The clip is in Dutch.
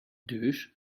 dus